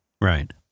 Right